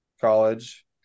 college